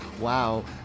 Wow